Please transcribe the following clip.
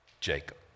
Jacob